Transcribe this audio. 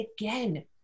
again